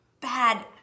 bad